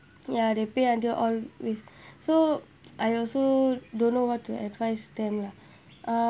ya they pay until all with so I also don't know what to advise them lah uh